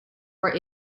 were